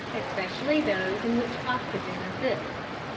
especially those in which oxygen assists.